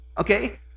Okay